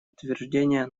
утверждения